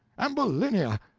ambulinia!